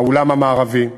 האולם המערבי,